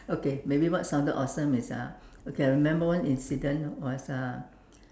okay maybe what sounded awesome is uh okay I remembered one incident was uh